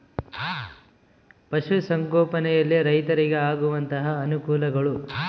ಪಶುಸಂಗೋಪನೆಯಲ್ಲಿ ರೈತರಿಗೆ ಆಗುವಂತಹ ಅನುಕೂಲಗಳು?